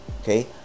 okay